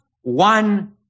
one